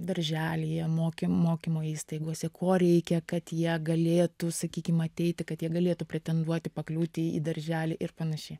darželyje moky mokymo įstaigose ko reikia kad jie galėtų sakykim ateiti kad jie galėtų pretenduoti pakliūti į darželį ir panašiai